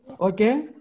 Okay